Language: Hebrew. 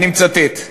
אני מצטט: